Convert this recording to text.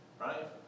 right